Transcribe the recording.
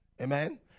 Amen